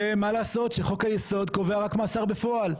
ומה לעשות שחוק היסוד קובע רק מאסר בפועל.